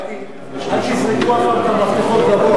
אמרתי לילדים: אל תזרקו אף פעם את המפתחות גבוה.